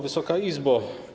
Wysoka Izbo!